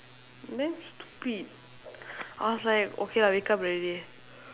damn stupid I was like okay I wake up already